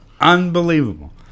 Unbelievable